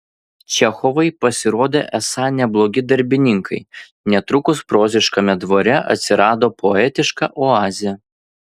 čechovai pasirodė esą neblogi darbininkai netrukus proziškame dvare atsirado poetiška oazė